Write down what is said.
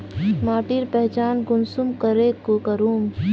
माटिर पहचान कुंसम करे करूम?